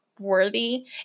worthy